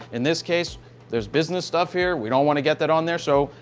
in this case there's business stuff here. we don't want to get that on there. so,